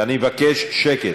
אני מבקש שקט.